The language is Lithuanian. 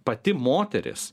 pati moteris